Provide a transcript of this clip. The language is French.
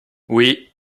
oui